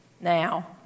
now